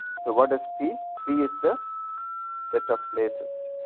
so, what is p, p is the set of places